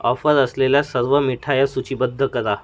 offer असलेल्या सर्व मिठाया सूचीबद्ध करा